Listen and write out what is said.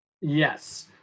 Yes